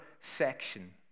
section